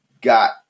got